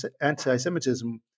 anti-Semitism